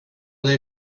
dig